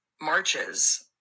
marches